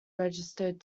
registered